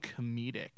comedic